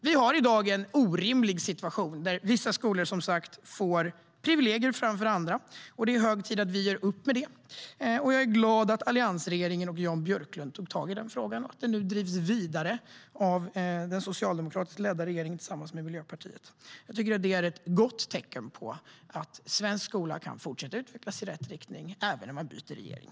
Vi har i dag en orimlig situation där vissa skolor som sagt får privilegier framför andra. Det är hög tid att vi gör upp med det. Jag är glad att alliansregeringen och Jan Björklund tog tag i frågan och att den nu drivs vidare av den socialdemokratiskt ledda regeringen tillsammans med Miljöpartiet. Det är ett gott tecken på att svensk skola kan fortsätta att utvecklas i rätt riktning även om man byter regering.